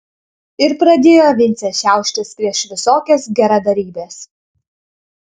ir pradėjo vincė šiauštis prieš visokias geradarybes